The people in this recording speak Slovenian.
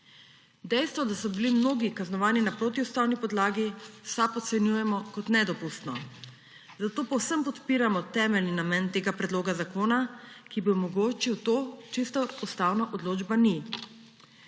Dejstvo, da so bili mnogi kaznovani na protiustavni podlagi, v SAB ocenjujemo kot nedopustno, zato povsem podpiramo temeljni namen tega predloga zakona, ki bi omogočil to, česar ustavna odločba ni.